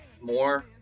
More